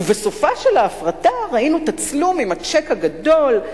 ובסופה של ההפרטה ראינו תצלום עם הצ'ק הגדול.